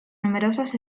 numerosas